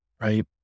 Right